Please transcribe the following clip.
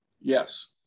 Yes